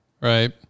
right